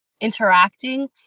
interacting